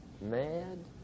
mad